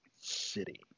city